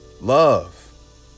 love